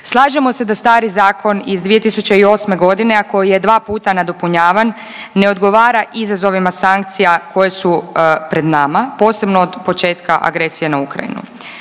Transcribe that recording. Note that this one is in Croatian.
Slažemo se da stari zakon iz 2008. godine, a koji je dva puta nadopunjavan ne odgovaran izazovima sankcija koje su pred nama, posebno od početka agresije na Ukrajinu.